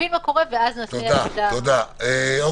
הזעקה של כל